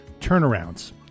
turnarounds